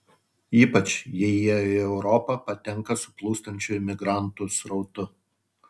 ypač jei jie į europą patenka su plūstančiu imigrantų srautu